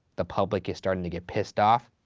the public is starting to get pissed off.